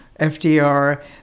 fdr